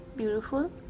Beautiful